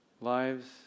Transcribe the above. lives